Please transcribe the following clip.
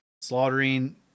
slaughtering